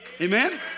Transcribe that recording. Amen